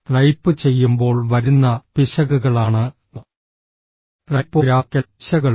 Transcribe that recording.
type ചെയ്യുമ്പോൾ വരുന്ന പിശകുകളാണ് ടൈപ്പോഗ്രാഫിക്കൽ പിശകുകൾ